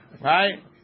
Right